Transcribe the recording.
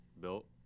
built